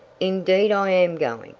indeed i am going,